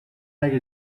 اگه